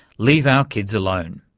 leave our kids alone.